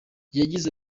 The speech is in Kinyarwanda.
yagize